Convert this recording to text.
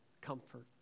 comfort